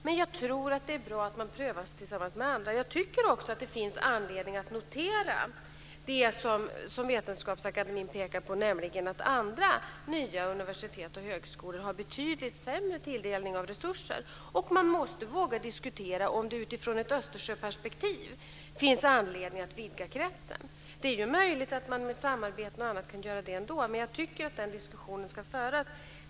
Men jag tror att det är bra att man prövas tillsammans med andra. Jag tycker också att det finns anledning att notera det som Vetenskapsakademien pekar på, nämligen att andra nya universitet och högskolor har betydligt sämre tilldelning av resurser. Och man måste våga diskutera om det utifrån ett Östersjöperspektiv finns anledning att vidga kretsen. Det är ju möjligt att man med samarbete och annat kan göra det ändå. Men jag tycker att den diskussionen ska föras.